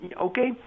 Okay